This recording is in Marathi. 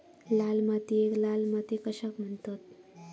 लाल मातीयेक लाल माती कशाक म्हणतत?